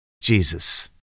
Jesus